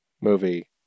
movie